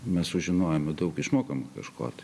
mes sužinojome daug išmokome kažko tai